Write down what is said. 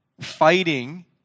fighting